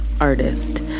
artist